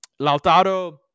Lautaro